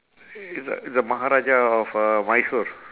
he's a he's மகாராஜா:makaaraajaa of uh mysore